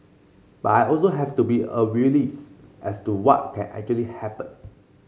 but I also have to be a realist as to what can actually happen